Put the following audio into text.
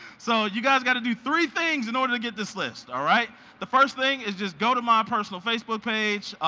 so you guys got to do three things in order to get this list. the first thing is just go to my personal facebook page,